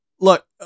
Look